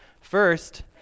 First